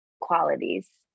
qualities